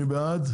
מי בעד?